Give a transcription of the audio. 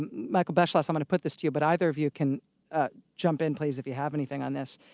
and michael beschloss, i'm gonna put this to you, but either of you can jump in please if you have anything on this.